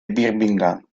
birmingham